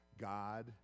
God